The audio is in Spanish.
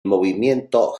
movimiento